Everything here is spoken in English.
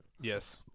Yes